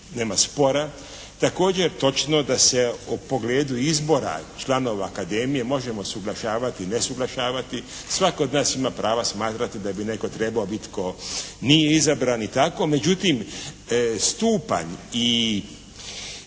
nema spora. Također je točno da se u pogledu izbora članova Akademije možemo suglašavati, ne suglašavati. Svatko od nas ima prava smatrati da bi netko trebao biti tko nije izabran i tako međutim stupanj i